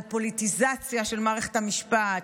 על פוליטיזציה של מערכת המשפט,